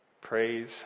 praise